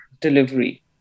delivery